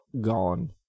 gone